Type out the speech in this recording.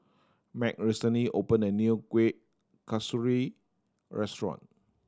Meg recently opened a new Kueh Kasturi restaurant